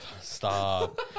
Stop